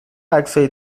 عکسهای